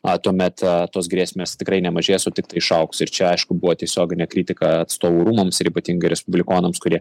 a tuomet a tos grėsmės tikrai nemažės o tik tai išaugs ir čia aišku buvo tiesioginė kritika atstovų rūmams ir ypatingai respublikonams kurie